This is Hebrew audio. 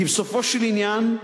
כי בסופו של עניין,